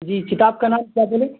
جی کتاب کا نام کیا بولے